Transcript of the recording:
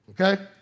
Okay